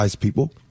people